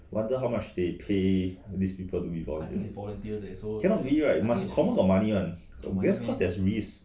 wonder how much they pay these people to be volunteer cannot be right must confirm got money one con~ because there is risk